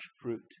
fruit